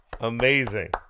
Amazing